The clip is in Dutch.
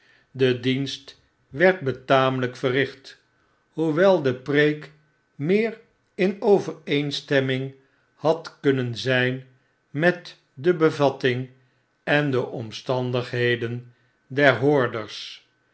de dienst werd betamelp verricht hoewel de preek meer in overeenstemming had kunnen zyn met de bevatting en de omstandigheden der hoorders